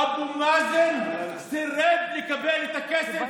אבו מאזן סירב לקבל את הכסף